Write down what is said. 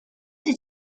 did